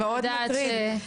מאוד מטריד,